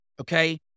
okay